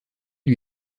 lui